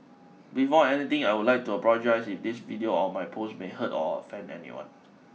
before anything I would like to apologise if this video or my post may hurt or offend anyone